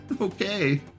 Okay